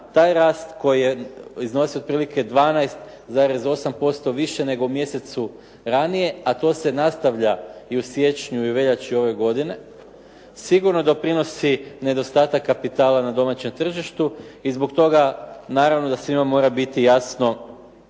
taj rast koji je iznosio otprilike 12,8% više nego u mjesecu ranije, a to se nastavlja i u siječnju i u veljači ove godine sigurno doprinosi nedostatak kapitala na domaćem tržištu i zbog toga naravno da svima mora biti jasno